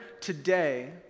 today